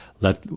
let